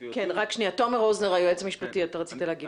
תומר רוזנר, היועץ המשפטי, אתה רצית להגיב כאן.